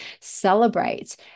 celebrate